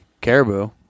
Caribou